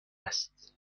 است